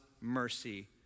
mercy